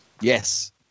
Yes